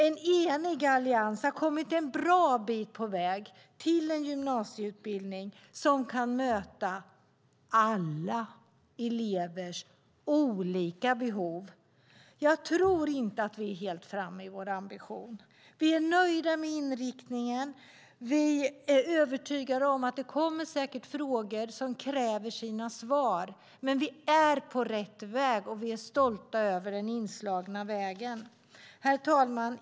En enig allians har kommit en bra bit på väg till en gymnasieutbildning som kan möta alla elevers olika behov. Jag tror inte att vi är helt framme i vår ambition. Vi är nöjda med inriktningen. Vi är övertygade om att det säkert kommer frågor som kräver sina svar, men vi är på rätt väg, och vi är stolta över den inslagna vägen. Herr talman!